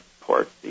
port